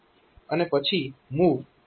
અને પછી MOV P0A છે